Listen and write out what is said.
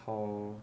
好